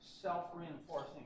self-reinforcing